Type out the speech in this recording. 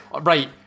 right